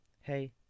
Hey